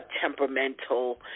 temperamental